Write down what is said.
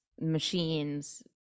Machines